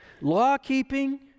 Law-keeping